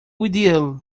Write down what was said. ideal